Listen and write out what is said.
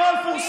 איפה עוד פורסם?